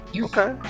Okay